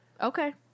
Okay